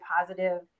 positive